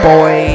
Boy